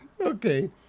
okay